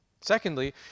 Secondly